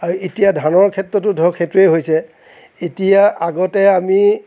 আৰু এতিয়া ধানৰ ক্ষেত্ৰতো ধৰক সেইটোৱে হৈছে এতিয়া আগতে আমি